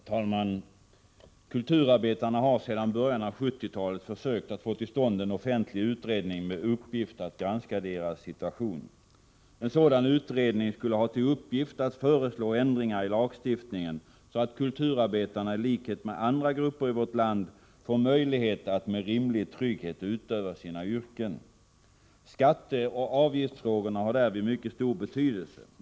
Herr talman! Kulturarbetarna har sedan början av 1970-talet försökt att få till stånd en offentlig utredning med uppgift att granska kulturarbetarnas situation. En sådan utredning skulle ha till uppgift att föreslå ändringar i lagstiftningen så att kulturarbetarna i likhet med andra grupper i vårt land får möjlighet att med rimlig trygghet utöva sina yrken. Skatteoch avgiftsfrågorna har därvid mycket stor betydelse.